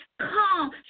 come